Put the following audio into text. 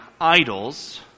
idols